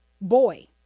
boy